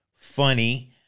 funny